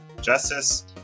Justice